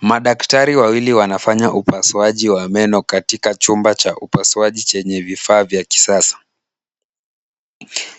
Madaktari wawili wanafanya upasuaji wa meno katika chumba cha upasuaji chenye vifaa vya kisasa.